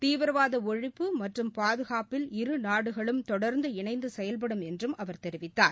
தீவிரவாதஒழிப்பு மற்றும் பாதுகாப்பில் இரு நாடுகளும் தொடர்ந்து இணைந்துசெயல்படும் என்றும் அவர் தெரிவித்தார்